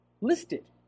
listed